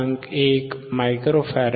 1 micro farad